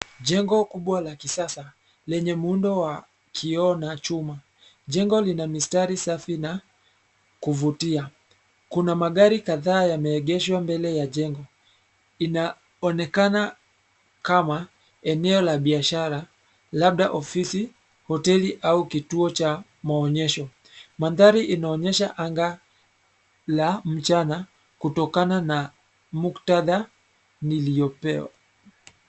Jengo kubwa la kisasa lenye muundo wa kioo na chuma. Jengo lina mistari safi na kuvutia. Kuna magari kadhaa yameegeshwa mbele ya jengo. Inaonekana kama eneo la biashara labda ofisi, hoteli au kituo cha maonyesho. Mandhari inaonyesha anga la mchana kutokana na muktadha niliopewa.